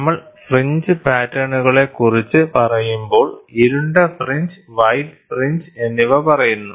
നമ്മൾ ഫ്രിഞ്ച് പാറ്റേണുകളെക്കുറിച്ച് പറയുമ്പോൾ ഇരുണ്ട ഫ്രിഞ്ച് വൈറ്റ് ഫ്രിഞ്ച് എന്നിവ പറയുന്നു